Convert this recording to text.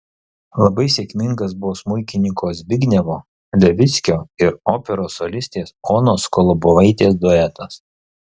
labai sėkmingas buvo smuikininko zbignevo levickio ir operos solistės onos kolobovaitės duetas